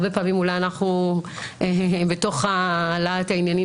הרבה פעמים אולי אנחנו בתוך להט העניינים